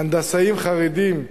הנדסאים חרדים,